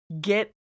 get